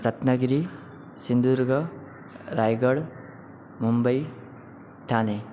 Ratnagiri Sindhudurg Raigad Mumbai Thane